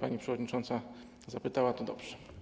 pani przewodnicząca zapytała, to dobrze.